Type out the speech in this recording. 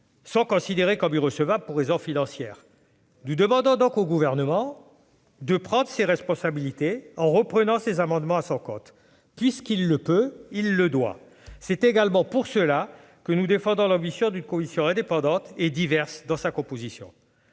ont été jugés irrecevables pour raison financière. Nous demandons donc au Gouvernement d'assumer ses responsabilités en reprenant ces amendements à son compte. Puisqu'il le peut, il le doit ! Dans le même esprit, nous défendons la création d'une commission indépendante et diverse dans sa composition.